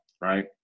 right